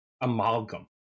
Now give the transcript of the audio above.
amalgam